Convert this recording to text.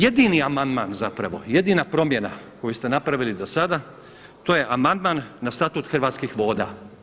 Jedini amandman zapravo, jedina promjena koju ste napravili do sada, to je amandman na Statut Hrvatskih voda.